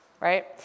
right